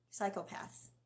psychopaths